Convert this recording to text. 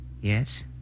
Yes